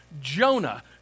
Jonah